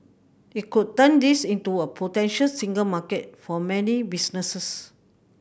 it could turn this into a potential single market for many businesses